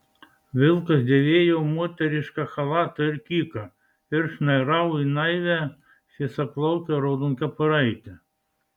vilkas dėvėjo moterišką chalatą ir kyką ir šnairavo į naivią šviesiaplaukę raudonkepuraitę